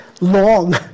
long